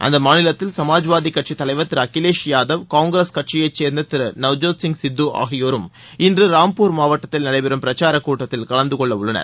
அந்த மாநிலத்தில் சமாஜ்வாதி கட்சி தலைவா் திரு அகிலேஷ் யாதவ் காங்கிரஸ் கட்சியை சேர்ந்த திரு நவுஜோத் சிங் சித்து ஆகியோரும் இன்று ராம்பூர் மாவட்டத்தில் நடைபெறும் பிரச்சாரக் கூட்டத்தில் கலந்துகொள்ள உள்ளனர்